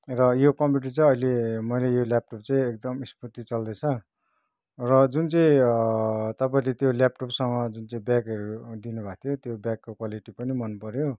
र यो कम्प्युटर चाहिँ अहिले मैले यो ल्यापटप चाहिँ एकदम स्मूदली चल्दैछ र जुन चाहिँ तपाईँले त्यो ल्यापटपसँग जुन चाहिँ ब्यागहरू दिनुभएको त्यो ब्यागको क्वालिटी पनि मन पऱ्यो